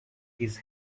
his